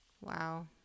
Wow